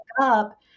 up